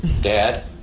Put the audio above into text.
Dad